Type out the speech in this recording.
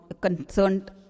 concerned